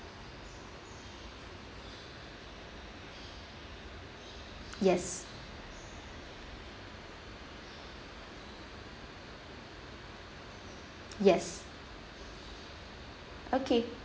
yes yes okay